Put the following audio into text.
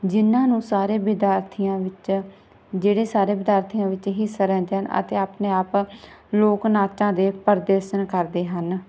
ਜਿਹਨਾਂ ਨੂੰ ਸਾਰੇ ਵਿਦਿਆਰਥੀਆਂ ਵਿੱਚ ਜਿਹੜੇ ਸਾਰੇ ਵਿਦਿਆਰਥੀਆਂ ਵਿੱਚ ਹਿੱਸਾ ਲੈਂਦੇ ਹਨ ਅਤੇ ਆਪਣੇ ਆਪ ਲੋਕ ਨਾਚਾਂ ਦੇ ਪ੍ਰਦਰਸ਼ਨ ਕਰਦੇ ਹਨ